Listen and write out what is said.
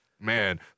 man